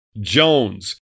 Jones